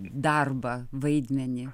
darbą vaidmenį